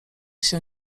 się